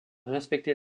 respecter